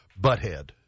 butthead